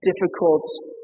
difficult